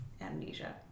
amnesia